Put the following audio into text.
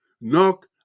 Knock